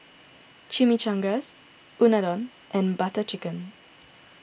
Chimichangas Unadon and Butter Chicken